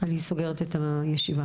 אני סוגרת את הישיבה.